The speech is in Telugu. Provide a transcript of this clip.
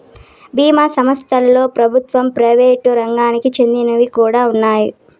బీమా సంస్థలలో ప్రభుత్వ, ప్రైవేట్ రంగాలకి చెందినవి కూడా ఉన్నాయి